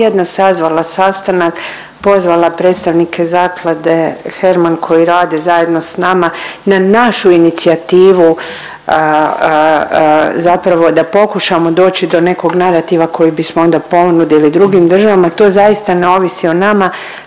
tjedna sazvala sastanak, pozvala predstavnike zaklade Herman koji rade zajedno s nama na našu inicijativu zapravo da pokušamo doći do nekog narativa koji bismo onda ponudili drugim državama. To zaista ne ovisi o nama,